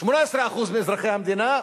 18% מאזרחי המדינה,